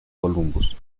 columbus